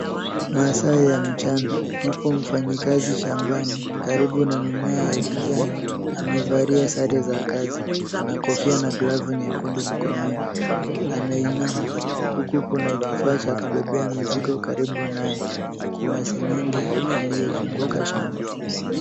Masaa ya mchana. Yupo mfanyi kazi shambani karibu na mimea ya kijani. Amevalia sare za kazi . Ana kofia na glavu nyekundu mkononi. Anainama huku kuna kifaa cha kubeba mizigo karibu naye. Kuna sengenge iliyozunguka shamba.